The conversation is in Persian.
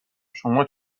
شما